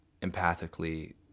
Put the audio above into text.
empathically